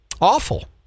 awful